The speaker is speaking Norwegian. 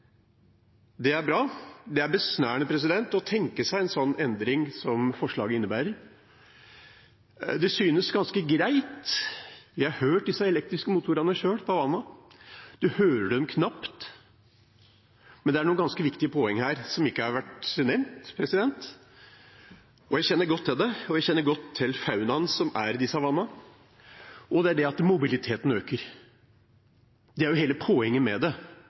Det er bra. Det er besnærende å tenke seg en sånn endring som forslaget innebærer. Det synes ganske greit, jeg har hørt disse elektriske motorene selv på vannet – du hører dem knapt. Men det er et ganske viktig poeng her som ikke har vært nevnt – jeg kjenner godt til det, og jeg kjenner godt til faunaen som er i disse vannene – og det er at mobiliteten øker. Det er hele poenget med det